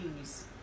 cheese